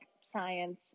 science